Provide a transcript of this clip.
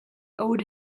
owed